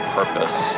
purpose